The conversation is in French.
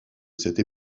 cette